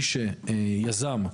מי שיזם,